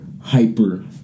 hyper